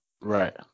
Right